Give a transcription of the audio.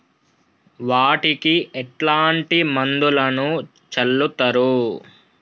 వాటికి ఎట్లాంటి మందులను చల్లుతరు?